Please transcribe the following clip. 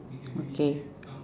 okay